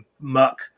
muck